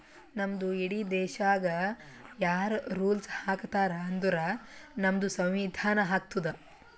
ನಮ್ದು ಇಡೀ ದೇಶಾಗ್ ಯಾರ್ ರುಲ್ಸ್ ಹಾಕತಾರ್ ಅಂದುರ್ ನಮ್ದು ಸಂವಿಧಾನ ಹಾಕ್ತುದ್